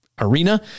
arena